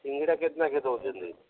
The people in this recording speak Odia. ସିଙ୍ଗଡ଼ା କେତେ ଲେଖାଏଁ ଦଉଛନ୍ତି